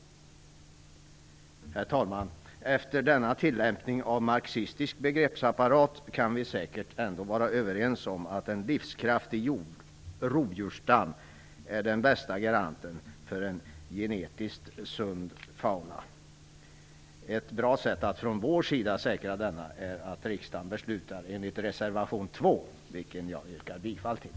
Herr talman! Efter denna tillämpning av marxistisk begreppsapparat kan vi säkert ändå vara överens om att en livskraftig rovdjursstam är den bästa garanten för en genetiskt sund fauna. Ett bra sätt att från vår sida säkra denna är att riksdagen beslutar enligt reservation 2, vilken jag yrkar bifall till.